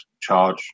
charge